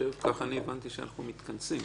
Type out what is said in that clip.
כך אני הבנתי, שאנחנו מתכנסים.